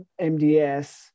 MDS